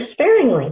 sparingly